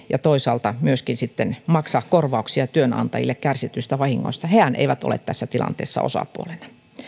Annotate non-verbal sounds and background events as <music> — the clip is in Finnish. <unintelligible> ja toisaalta myöskin sitten maksaa korvauksia työnantajille kärsityistä vahingoista hehän eivät ole tässä tilanteessa osapuolena